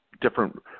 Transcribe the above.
different